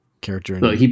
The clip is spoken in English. character